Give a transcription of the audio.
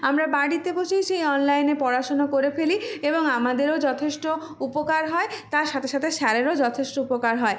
আমরা বাড়িতে বসেই সেই অনলাইনে পড়াশুনো করে ফেলি এবং আমাদেরও যথেষ্ট উপকার হয় তার সাথে সাথে স্যারেরও যথেষ্ট উপকার হয়